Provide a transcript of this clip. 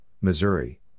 Missouri